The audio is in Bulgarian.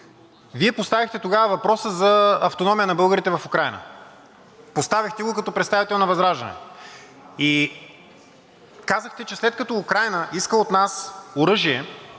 Вие поставихте въпроса за автономия на българите в Украйна, поставихте го като представител на ВЪЗРАЖДАНЕ. Казахте, че след като Украйна иска от нас оръжие,